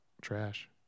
trash